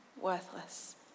worthless